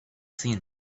seen